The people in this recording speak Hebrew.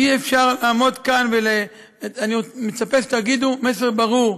אי-אפשר לעמוד כאן, אני מצפה שתגידו מסר ברור: